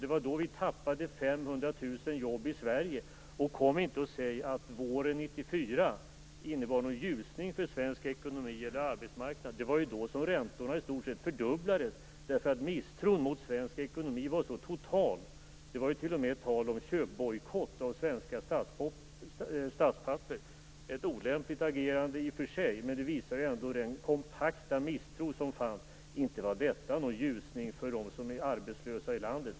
Det var då vi tappade 500 000 jobb i Sverige. Kom inte heller och säg att våren 1994 innebar en ljusning för svensk ekonomi eller arbetsmarknad! Det var ju då som räntorna i stort sett fördubblades därför att misstron mot svensk ekonomi var total. Det var t.o.m. tal om köpbojkott vad gällde svenska statspapper. Det var i och för sig ett olämpligt agerande, men det visar ändå den kompakta misstro som fanns. Inte var detta någon ljusning för dem som var arbetslösa i landet.